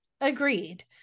Agreed